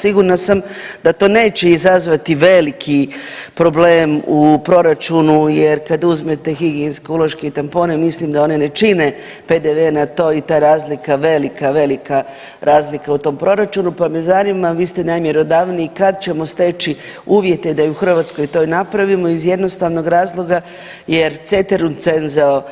Sigurna sam da to neće izazvati veliki problem u proračunu jer kad uzmete higijenske uloške i tampone mislim da one ne čine PDV na to i ta razlika velika, velika razlika u tom proračunu, pa me zanima vi ste najmjerodavniji kad ćemo steći uvjete da i u Hrvatskoj to napravimo iz jednostavnog razloga jer ceterum censeo